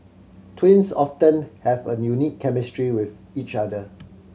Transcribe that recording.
twins often have a unique chemistry with each other